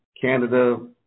canada